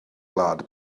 gwlad